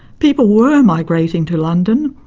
people were migrating to london.